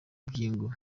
ngingo